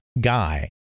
guy